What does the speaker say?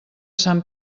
sant